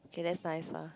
okay that's nice lah